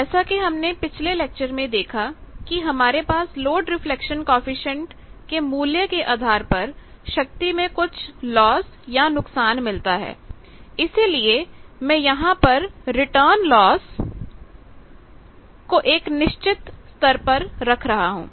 जैसा कि हमने पिछले लेक्चर में देखा कि हमारे पास लोड रिफ्लेक्शन कॉएफिशिएंट के मूल्य के आधार पर शक्ति में कुछ लॉसनुकसान मिलता है इसलिए मैं यहां पर रिटर्न लॉस को एक निश्चित स्तर पर रख रहा हूं